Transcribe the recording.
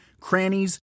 crannies